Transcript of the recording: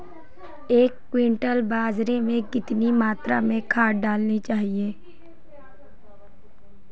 एक क्विंटल बाजरे में कितनी मात्रा में खाद डालनी चाहिए?